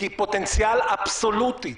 כי פוטנציאל אבסולוטית.